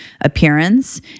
appearance